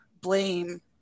blame